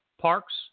parks